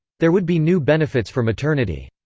there would be new benefits for maternity.